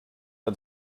had